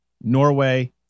Norway